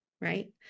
right